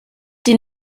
die